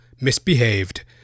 misbehaved